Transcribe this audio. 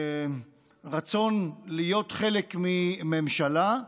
רצון להיות חלק מממשלה,